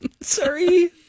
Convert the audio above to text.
Sorry